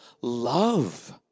love